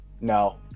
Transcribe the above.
No